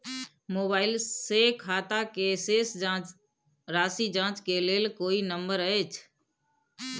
Mobile से खाता के शेस राशि जाँच के लेल कोई नंबर अएछ?